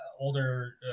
older